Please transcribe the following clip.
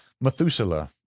Methuselah